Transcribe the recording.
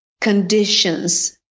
conditions